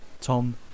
Tom